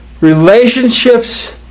relationships